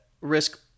risk